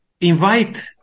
invite